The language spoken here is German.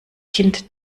kind